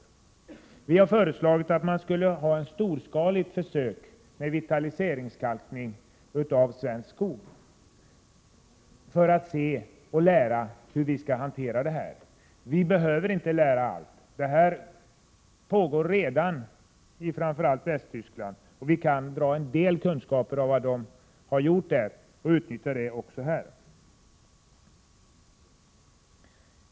Centern har föreslagit ett storskaligt försök med vitaliseringskalkning av svensk skog för att se och lära hur vi skall hantera detta. Vi behöver inte lära allt. Det här pågår redan i framför allt Västtyskland, och vi kan få en del kunskaper om vad man där har gjort och utnyttja denna kunskap också här hemma.